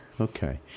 okay